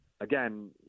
again